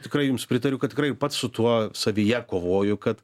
tikrai jums pritariu kad tikrai pats su tuo savyje kovoju kad